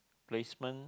placement